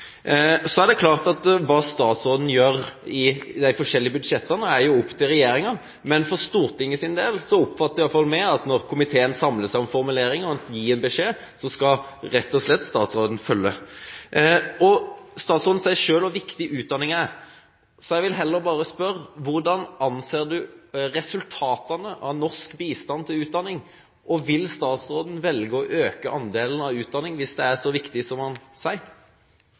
Så er det klart at hva statsråden gjør i de forskjellige budsjettene, er opp til regjeringen. Men for Stortingets del oppfatter i hvert fall vi at når komiteen samles om formuleringer og gir ham en beskjed, skal statsråden rett og slett følge den. Statsråden sier selv hvor viktig utdanning er, så jeg vil heller bare spørre: Hvordan vurderer statsråden resultatene av norsk bistand til utdanning å være? Og vil statsråden velge å øke andelen innenfor utdanning – hvis det er så viktig som han sier?